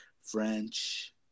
French